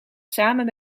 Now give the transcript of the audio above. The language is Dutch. samen